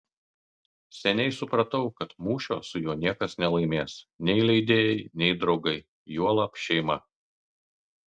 seniai supratau kad mūšio su juo niekas nelaimės nei leidėjai nei draugai juolab šeima